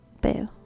boo